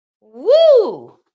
Woo